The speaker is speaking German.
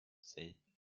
selten